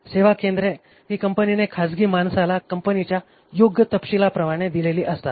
सेवाकेंद्रे ही कंपनीने खाजगी माणसाला कंपनीच्या योग्य तपशीलाप्रमाणे दिलेली असतात